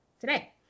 today